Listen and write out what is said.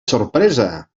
sorpresa